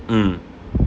mm